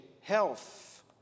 health